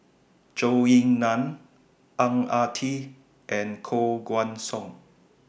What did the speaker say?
Zhou Ying NAN Ang Ah Tee and Koh Guan Song